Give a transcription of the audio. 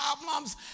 problems